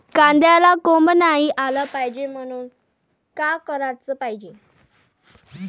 कांद्याला कोंब नाई आलं पायजे म्हनून का कराच पायजे?